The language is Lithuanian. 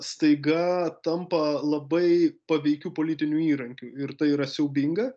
staiga tampa labai paveikiu politiniu įrankiu ir tai yra siaubinga